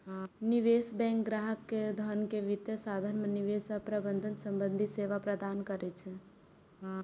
निवेश बैंक ग्राहक केर धन के वित्तीय साधन मे निवेश आ प्रबंधन संबंधी सेवा प्रदान करै छै